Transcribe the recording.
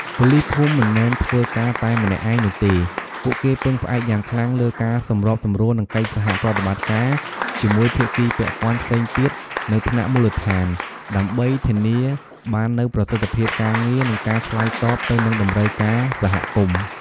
ប៉ូលីសភូមិមិនមែនធ្វើការតែម្នាក់ឯងនោះទេ ពួកគេពឹងផ្អែកយ៉ាងខ្លាំងលើ ការសម្របសម្រួល និងកិច្ចសហប្រតិបត្តិការ ជាមួយភាគីពាក់ព័ន្ធផ្សេងទៀតនៅថ្នាក់មូលដ្ឋាន ដើម្បីធានាបាននូវប្រសិទ្ធភាពការងារ និងការឆ្លើយតបទៅនឹងតម្រូវការសហគមន៍។